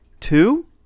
Two